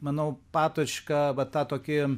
manau patočka va tą tokį